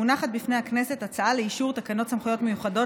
מונחת בפני הכנסת הצעה לאישור תקנות סמכויות מיוחדות